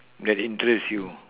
that interest you